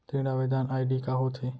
ऋण आवेदन आई.डी का होत हे?